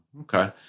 Okay